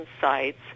sites